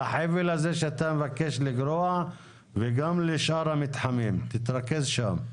לחבל הזה שאתה מבקש לגרוע וגם לשאר המתחמים תתרכז שם.